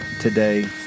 today